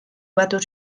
batu